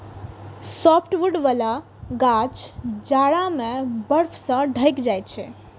softwood बला गाछ जाड़ा मे बर्फ सं ढकि जाइ छै